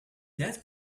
that